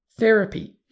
therapy